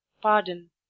pardon